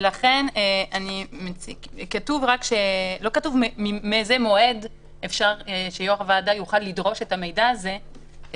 לא כתוב מאיזה מועד אפשר שיושב-ראש הוועדה יוכל לדרוש את המידע הזה,